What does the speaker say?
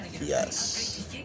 Yes